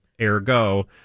Ergo